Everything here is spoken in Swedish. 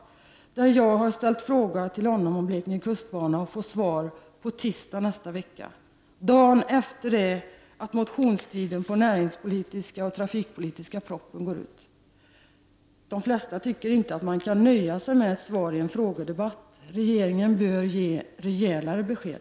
Jag har nämligen framställt en fråga om Blekinge kustbana till kommunikationsministern och får svar på tisdag nästa vecka — dagen efter det att motionstiden går ut för den näringspolitiska och den trafikpolitiska propositionen. De flesta tycker inte att man skall låta sig nöja med en frågedebatt. Regeringen bör ge rejälare besked.